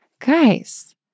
guys